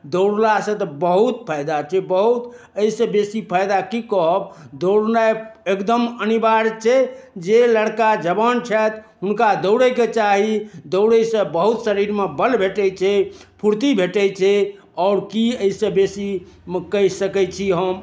दौड़लासँ तऽ बहुत फायदा छै बहुत एहिसँ बेसी फायदा की कहब दौड़नाइ एकदम अनिवार्य छै जे लड़का जवान छथि हुनका दौड़यके चाही दौड़यसँ बहुत शरीरमे बल भेटैत छै फूर्ति भेटै छै आओर की एहिसँ बेसी कहि सकैत छी हम